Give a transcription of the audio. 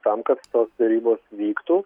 tam kad tos derybos vyktų